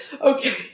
Okay